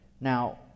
Now